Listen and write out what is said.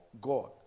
God